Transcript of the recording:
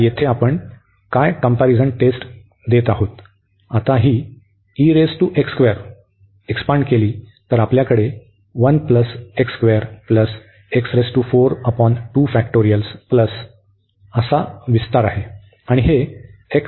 आता येथे आपण काय कंम्पॅरिझन टेस्ट देत आहोत आता ही एक्सपाण्ड केली तर आपल्याकडे आहे हा विस्तार आहे